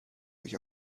sich